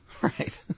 Right